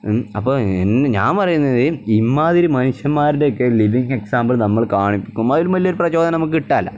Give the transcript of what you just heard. അപ്പം എന്നെ ഞാൻ പറയുന്നത് ഇമ്മാതിരി മനുഷ്യൻമാരുടെയൊക്കെ ലിവിങ്ങ് എക്സാമ്പിൾ നമ്മൾ കാണിപ്പിക്കുമ്പോൾ അതിലും വലിയൊരു പ്രചോദനം നമുക്ക് കിട്ടാനില്ല